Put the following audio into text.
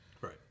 Right